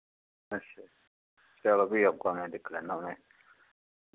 अच्छ चलो फ्ही औगा मैं दिक्ख लैन्ना मैं